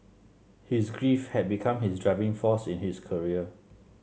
his grief had become his driving force in his career